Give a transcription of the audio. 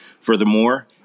Furthermore